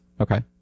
Okay